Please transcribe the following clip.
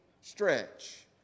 stretch